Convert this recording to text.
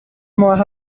ماه